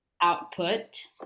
output